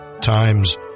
times